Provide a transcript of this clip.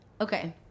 Okay